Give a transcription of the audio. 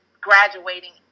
graduating